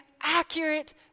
accurate